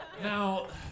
Now